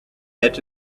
said